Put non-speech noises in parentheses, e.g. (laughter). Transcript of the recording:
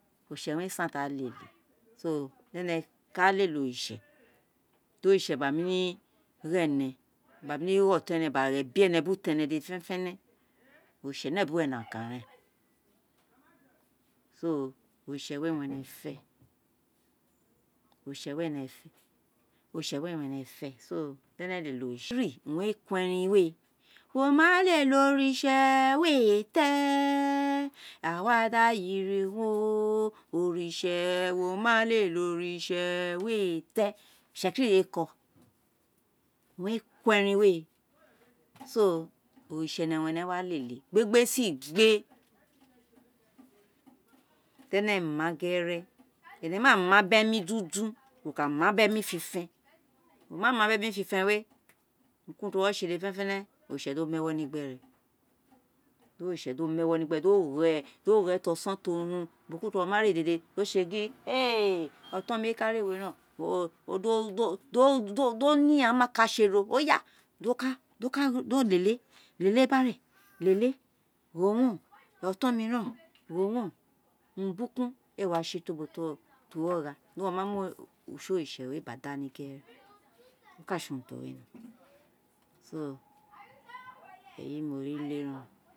Oritse owun re santi a lele (noise) so di ene ka lele oritse (hesitation) di oritse gba mi ni gho ene, gba mini gho oton ene, gba gho ene biri utan ene dede fenefene, oritse nebuwe nokan ren so (noise) (hesitation) oritse we owun ene fee oritse we owun ene (hesitation) oritse we owun ene fe so di ene lele oritse (hesitation) itsekiri owun we ko erin we, wo malele oritse wee te, a wa da yiri won oritse, o wa lele oritse wee te, itsekiri owun e koo owun we ko erin (noise) we, oritse ene owun ene wa lele gbegbesigbe (hesitation) (noise) di ene ma gere (noise) di ene ma ma biri emi duduny wo ka (noise) maa biri emo fifen we, urun ki urun ti uwo se dede fenefene oritse di won mu ewo gbere, di o gho uwo di o gho uwo ti oson, ti orun, ubo ki ubo ti wo ma re dede di o se gingin (hesitation) oton mi owin eka re we ren o (hesitation) dio ne amakase ro (unintelligible) di o ka gho, di o lele, lele gba fe o, lele, gho owun o oton ren o gho wun o, urun bukun ee wa si to ubo ti uwo gha, di wo ma mu oritse we gba dani (noise) gere (noise) eren owun re se urun ti o winoron (noise) so eyi mori ni ino ro.